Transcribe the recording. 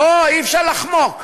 אי-אפשר לחמוק.